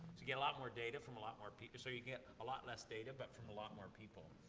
you get a lot more data from a lot more people so you get a lot less data, but from a lot more people.